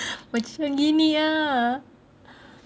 macam gini ah